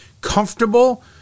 comfortable